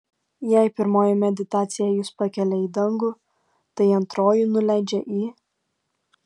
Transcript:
jei pirmoji meditacija jus pakelia į dangų tai antroji nuleidžia į